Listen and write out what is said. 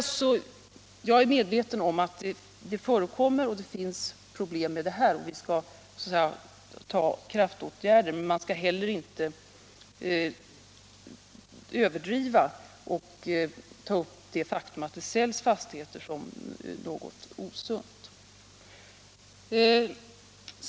Jag är medveten om att det förekommer problem i det här sammanhanget och vi skall vidta kraftåtgärder. Men man kan heller inte överdriva och ta upp det blotta faktum att det säljs fastigheter som något osunt.